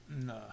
No